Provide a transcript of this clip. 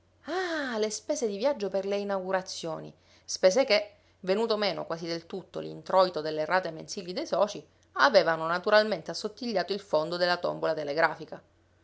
ah le spese di viaggio per le inaugurazioni spese che venuto meno quasi del tutto l'introito delle rate mensili dei socii avevano naturalmente assottigliato il fondo della tombola telegrafica